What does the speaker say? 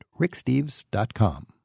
ricksteves.com